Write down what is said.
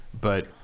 but-